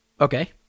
Okay